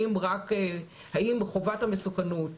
האם חובת המסוכנות